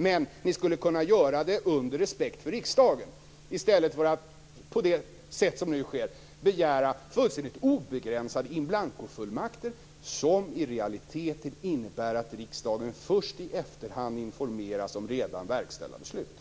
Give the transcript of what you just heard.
Men ni skulle kunna göra det under iakttagande av respekt för riksdagen i stället för att på det sätt som nu sker begära fullständigt obegränsade in blanko-fullmakter som i realiteten innebär att riksdagen först i efterhand informeras om redan verkställda beslut.